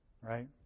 Right